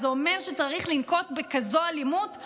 זה אומר שצריך לנקוט כזאת אלימות?